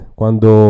quando